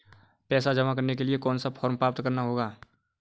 पैसा जमा करने के लिए कौन सा फॉर्म प्राप्त करना होगा?